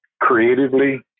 creatively